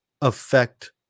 affect